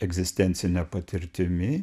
egzistencine patirtimi